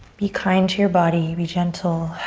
be kind to your body, be gentle.